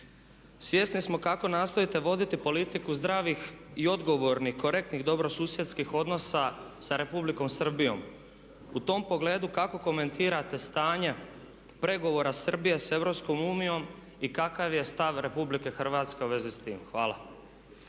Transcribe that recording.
Svjesni smo kako nastojite vodite politiku zdravih i odgovornih, korektnih dobrosusjedskih odnosa sa Republikom Srbijom. U tom pogledu kako komentirate stanje pregovora Srbije sa EU i kakav je stav RH u vezi s tim? Hvala.